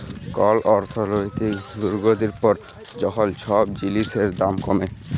call অর্থলৈতিক দুর্গতির পর যখল ছব জিলিসের দাম কমে